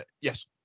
Yes